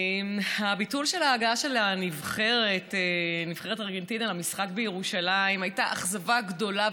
הביטול של ההגעה של נבחרת ארגנטינה למשחק בירושלים היה אכזבה גדולה,